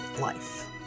Life